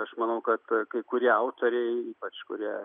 aš manau kad kai kurie autoriai ypač kurie